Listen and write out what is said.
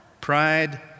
Pride